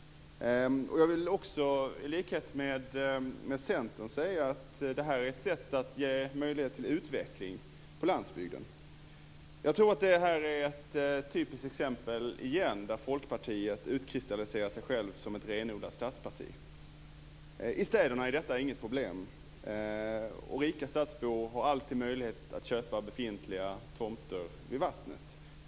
Jag vill också, i likhet med Centern, säga att det här är ett sätt att ge möjlighet till utveckling på landsbygden. Jag tror att det här återigen är ett typiskt exempel där Folkpartiet utkristalliserar sig självt som ett renodlat stadsparti. I städerna är detta inget problem. Rika stadsbor har alltid möjlighet att köpa befintliga tomter vid vattnet.